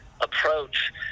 approach